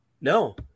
no